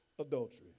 adultery